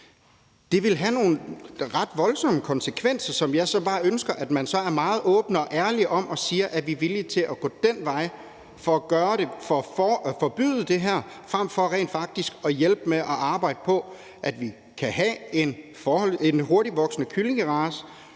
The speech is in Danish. Det vil have nogle ret voldsomme konsekvenser, som jeg så bare ønsker at man er meget åben og ærlig om, og at man siger, at man er villig til at gå den vej for at forbyde det her, frem for rent faktisk at hjælpe med at arbejde på, at man kan have en hurtigtvoksende kyllingerace,